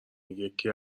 یکی